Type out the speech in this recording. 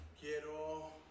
Quiero